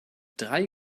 drei